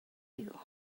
you